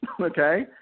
Okay